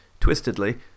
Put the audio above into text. twistedly